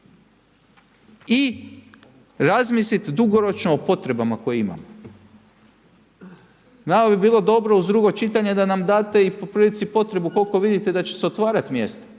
i razmislit dugoročno o potrebama koje imamo. Nama bi bilo dobro uz drugo čitanje da nam date i po prilici potrebu koliko vidite da će se otvarat mjesta,